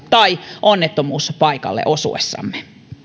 tai onnettomuuspaikalle osuessamme